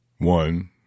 One